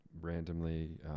randomly